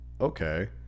Okay